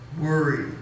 worry